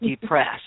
depressed